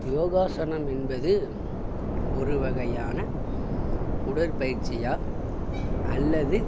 யோகாசனம் என்பது ஒரு வகையான உடற்பயிற்சியா அல்லது